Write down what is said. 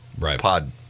pod